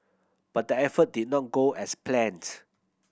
but the effort did not go as plans